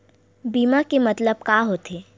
बीमा के मतलब का होथे?